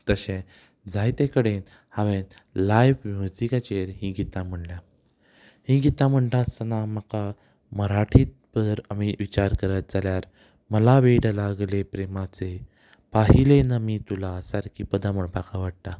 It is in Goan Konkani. तशें जायते कडेन हांवें लायव्ह म्युजिकाचेर हीं गितां म्हणल्यां हीं गितां म्हणटा आसतना म्हाका मराठी भर आमी विचार करत जाल्यार मला वेड लागले प्रेमाचे पाहिले न मी तुला सारकीं पदां म्हणपाक आवडटा